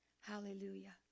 Hallelujah